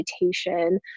meditation